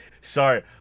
Sorry